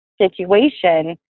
situation